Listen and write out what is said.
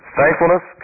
Thankfulness